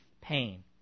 pain